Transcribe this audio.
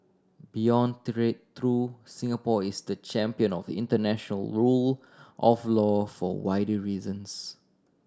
beyond trade though Singapore is the champion of international rule of law for wider reasons